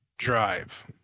drive